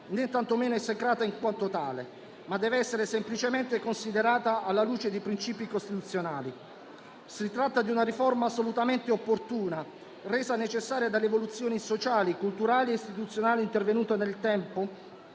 né tantomeno esecrata in quanto tale, ma dev'essere semplicemente considerata alla luce dei principi costituzionali. Si tratta di una riforma assolutamente opportuna, resa necessaria dalle evoluzioni sociali, culturali e istituzionali intervenute nel tempo